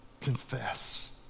Confess